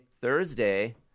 Thursday